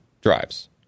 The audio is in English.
drives